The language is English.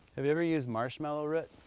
have you ever used marshmallow root?